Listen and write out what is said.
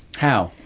how?